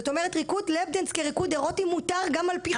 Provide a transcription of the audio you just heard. זאת אומרת ריקוד "לאפ דאנס" כריקוד ארוטי מותר גם על פי חוק.